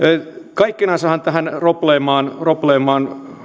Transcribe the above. kaikkinensa tähän probleemaan probleemaan